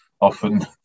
often